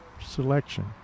selection